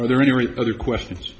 are there any other questions